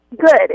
Good